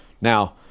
Now